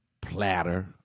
platter